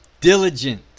Diligent